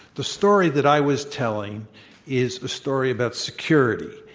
the story that i was telling is story about security.